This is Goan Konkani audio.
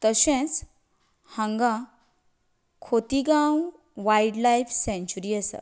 तशेंच हांगा खोतिगांव वायल्ड लायफ सेंकच्युरी आसा